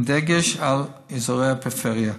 עם דגש על אזורי הפריפריה.